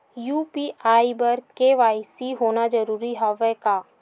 UPI बर KYC होना जरूरी हवय का?